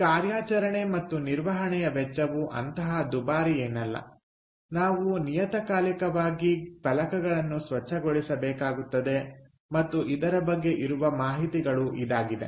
ಈ ಕಾರ್ಯಾಚರಣೆ ಮತ್ತು ನಿರ್ವಹಣೆಯ ವೆಚ್ಚವು ಅಂತಹಾ ದುಬಾರಿಯೇನಲ್ಲ ನಾವು ನಿಯತಕಾಲಿಕವಾಗಿ ಫಲಕಗಳನ್ನು ಸ್ವಚ್ಛಗೊಳಿಸ ಬೇಕಾಗಿರುತ್ತದೆ ಮತ್ತು ಇದರ ಬಗ್ಗೆ ಇರುವ ಮಾಹಿತಿಗಳು ಇದಾಗಿದೆ